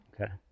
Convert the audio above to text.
Okay